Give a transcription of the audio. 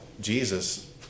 Jesus